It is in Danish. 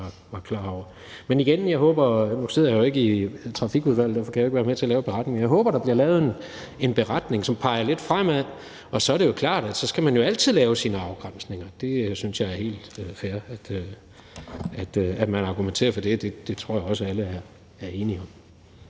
var klar over. Men igen håber jeg – nu sidder jeg jo ikke i Trafikudvalget, og derfor kan jeg ikke være med til at lave beretningen – at der bliver lavet en beretning, som peger lidt fremad. Det er klart, at man jo så altid skal lave sine afgrænsninger. Jeg synes, det er helt fair, at man argumenterer for det. Det tror jeg også alle er enige i.